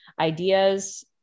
ideas